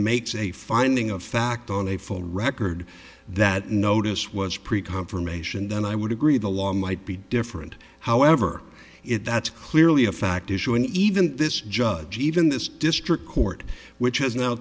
makes a finding of fact on a full record that notice was pretty confirmation then i would agree the law might be different however if that's clearly a fact issue and even this judge even this district court which has now